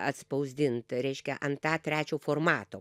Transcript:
atspausdint reiškia ant a trečio formato